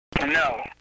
No